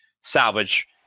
salvage